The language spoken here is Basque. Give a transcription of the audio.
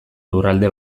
lurralde